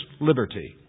liberty